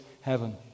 heaven